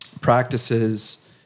practices